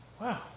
wow